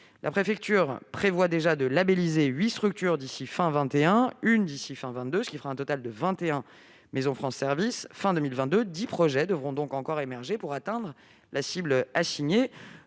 La préfecture prévoit déjà de labelliser 8 structures d'ici à la fin de 2021, et une d'ici à la fin de 2022, ce qui fera un total de 21 maisons France Services à la fin de 2022. Dix projets devront donc encore émerger pour atteindre la cible assignée.